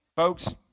Folks